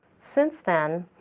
since then,